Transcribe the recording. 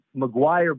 McGuire